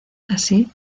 así